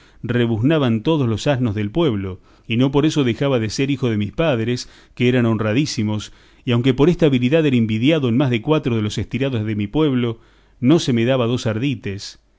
yo rebuznaban todos los asnos del pueblo y no por eso dejaba de ser hijo de mis padres que eran honradísimos y aunque por esta habilidad era invidiado de más de cuatro de los estirados de mi pueblo no se me daba dos ardites